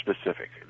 specific